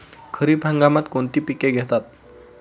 खरीप हंगामात कोणती पिके घेतात?